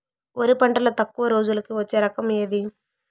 వరి పంటలో తక్కువ రోజులకి వచ్చే రకం ఏది?